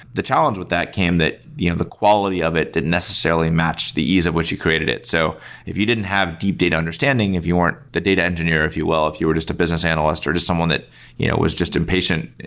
the challenge with that came that the the quality of didn't necessarily match the ease of which you created it. so if you didn't have deep data understanding, if you weren't the data engineer, if you will, if you were just a business analyst or just someone that you know was just impatient,